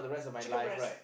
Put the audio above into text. chicken breast